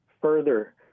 further